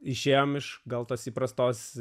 išėjome iš gal tos įprastos